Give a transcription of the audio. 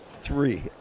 three